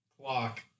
clock